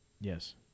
Yes